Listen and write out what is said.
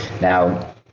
now